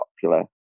popular